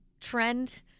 trend